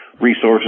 resources